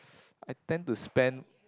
I tend to spend